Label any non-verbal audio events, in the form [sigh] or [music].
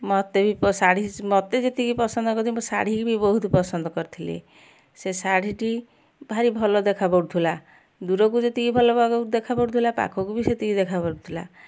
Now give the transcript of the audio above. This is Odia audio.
ମତେ ବି ପ ଶାଢ଼ୀ ସ ମତେ ଯେତିକି ପସନ୍ଦ [unintelligible] ମୋ ଶାଢ଼ୀ କୁ ବି ବହୁତ ପସନ୍ଦ କରିଥିଲେ ସେ ଶାଢ଼ୀ ଟି ଭାରି ଭଲ ଦେଖା ପଡ଼ୁଥିଲା ଦୂର କୁ ଯେତିକି ଭଲ [unintelligible] ଦେଖା ପଡ଼ୁଥିଲା ପାଖକୁ ବି ସେତିକି ଦେଖା ପଡ଼ୁଥିଲା